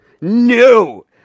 no